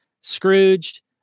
Scrooge